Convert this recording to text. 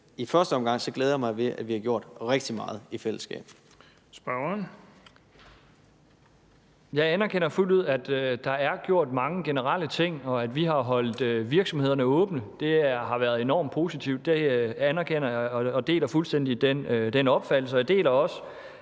Bonnesen): Spørgeren. Kl. 19:43 Torsten Schack Pedersen (V): Jeg anerkender fuldt ud, at der er gjort mange generelle ting, og at vi har holdt virksomhederne åbne. Det har været enormt positivt – det anerkender jeg, og jeg deler fuldstændig den opfattelse.